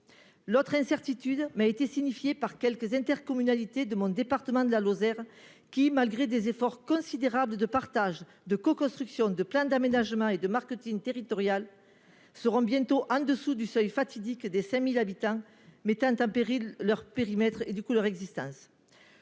autre incertitude m'a été signalée par quelques intercommunalités du département dont je suis élue, la Lozère, qui, malgré des efforts considérables de partage, de coconstruction, de plans d'aménagement et de marketing territorial, passeront bientôt sous le seuil fatidique des 5 000 habitants, ce qui mettra en péril leur périmètre et, partant, leur existence.